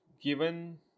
given